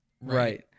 Right